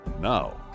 Now